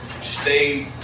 Stay